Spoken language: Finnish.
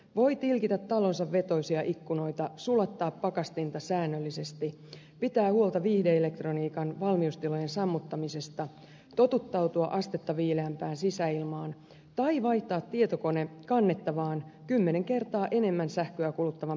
voi tilkitä talonsa vetoisia ikkunoita sulattaa pakastinta säännöllisesti pitää huolta viihde elektroniikan valmiustilojen sammuttamisesta totuttautua astetta viileämpään sisäilmaan tai vaihtaa tietokone kannettavaan kymmenen kertaa enemmän sähköä kuluttavan pöytämallin tilalle